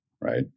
Right